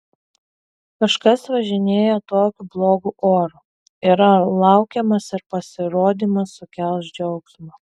kažkas važinėja tokiu blogu oru yra laukiamas ir pasirodymas sukels džiaugsmą